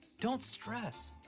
don't stress.